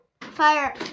Fire